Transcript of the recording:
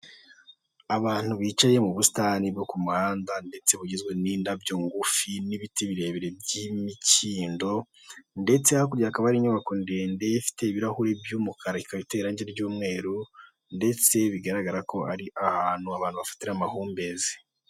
Abantu bicaye mu busitani bwo ku muhanda ndetse bugizwe n'indabyo ngufi n'ibiti birebire by'imikindo. Ndetse hakurya hakaba hari inyubako ndende ifite ibirahuri by'umukara, ikaba iteye irange ry'umweru ndetse bigaragara ko ari ahantu abantu bafatira amahumbezi.